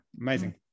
amazing